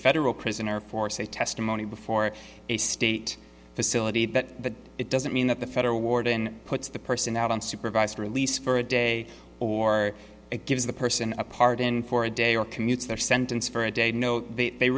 federal prison or for say testimony before a state facility but it doesn't mean that the federal warden puts the person out on supervised release for a day or gives the person a pardon for a day or commutes their sentence for a day know that they